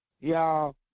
y'all